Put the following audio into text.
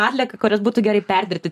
atlieka kurias būtų gerai perdirbti